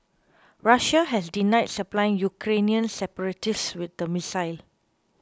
Russia has denied supplying Ukrainian separatists with the missile